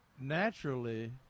naturally